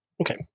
Okay